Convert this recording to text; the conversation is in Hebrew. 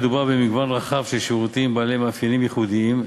מדובר במגוון רחב של שירותים בעלי מאפיינים ייחודיים.